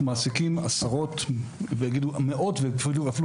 אנחנו מעסיקים עשרות ויגידו מאות ואפילו